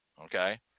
Okay